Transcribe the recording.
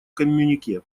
коммюнике